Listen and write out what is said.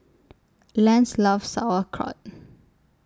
Lance loves Sauerkraut